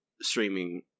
streaming